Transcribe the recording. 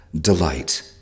delight